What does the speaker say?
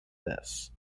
this